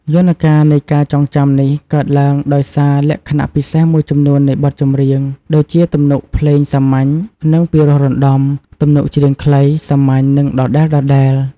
យន្តការនៃការចងចាំនេះកើតឡើងដោយសារលក្ខណៈពិសេសមួយចំនួននៃបទចម្រៀង ដូចជាទំនុកភ្លេងសាមញ្ញ និងពិរោះរណ្ដំ ទំនុកច្រៀងខ្លី សាមញ្ញ និងដដែលៗ។